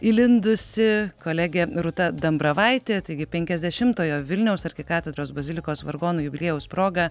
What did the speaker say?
įlindusi kolegė rūta dambravaitė taigi penkiasdešimtojo vilniaus arkikatedros bazilikos vargonų jubiliejaus proga